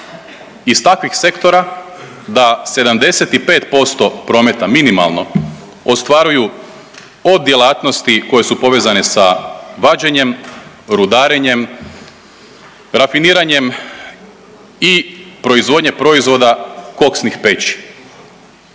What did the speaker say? iz takvih sektora da 75% prometa minimalno ostvaruju od djelatnosti koje su povezane sa vađenjem, rudarenjem, rafiniranjem i proizvodnje proizvoda koksnih peći.